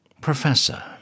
Professor